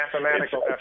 Mathematical